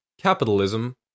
capitalism